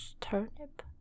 Turnip